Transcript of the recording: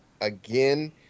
again